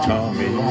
Tommy